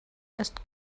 ist